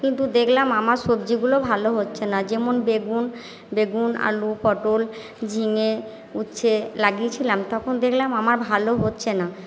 কিন্তু দেখলাম আমার সবজিগুলো ভালো হচ্ছে না যেমন বেগুন বেগুন আলু পটল ঝিঙে উঁচ্ছে লাগিয়েছিলাম তখন দেখলাম আমার ভালো হচ্ছে না